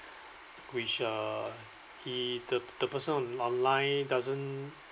which uh he the the person on~ on line doesn't